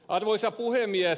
arvoisa puhemies